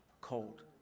cold